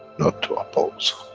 not to oppose,